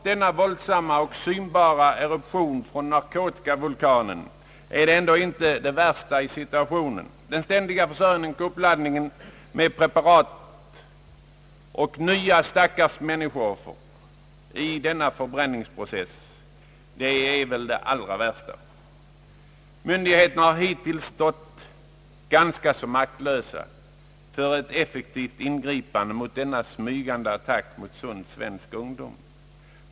Denna våldsamma och synbara eruption från »narkotikavulkanen» är ändå inte det värsta i situationen. Det allra värsta är väl i stället den ständiga försörjningen och uppladdningen med preparat åt nya stackars människooffer i denna förbränningsprocess. Myndigheterna har hittills stått ganska så maktlösa och saknat möjligheter att effektivt bekämpa denna smygande attack mot sund svensk ungdom.